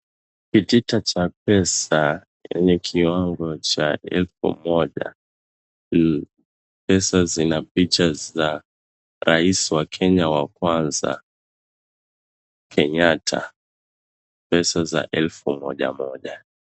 Kitita cha pesa yenye kiwango cha elfu moja. Ni pesa zina picha za rais wa Kenya wa kwanza Kenyatta. Pesa za elfu mojamoja.